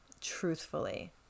truthfully